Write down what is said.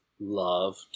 love